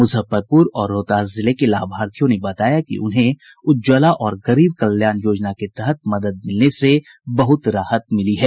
मुज्जफरपुर और रोहतास जिले के लाभार्थियों ने बताया कि उन्हें उज्जवला और गरीब कल्याण योजना के तहत मदद मिलने से बहुत राहत मिली है